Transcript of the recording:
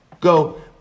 Go